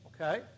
okay